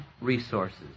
resources